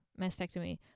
mastectomy